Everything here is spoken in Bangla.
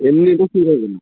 এমনিতে ঠিক হবে না